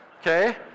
Okay